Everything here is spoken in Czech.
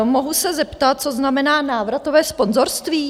Mohu se zeptat, co znamená návratové sponzorství?